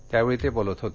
त्यावेळी ते बोलत होते